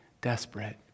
desperate